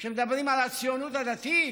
כשמדברים על הציונות הדתית?